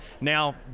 now